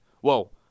Whoa